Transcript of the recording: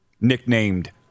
nicknamed